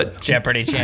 Jeopardy